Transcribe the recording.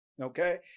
Okay